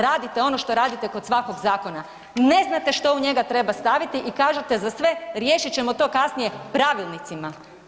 Radite ono što radite kod svakog zakona, ne znate što u njega treba staviti i kažete za sve riješit ćemo to kasnije pravilnicima.